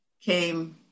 came